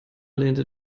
lehnte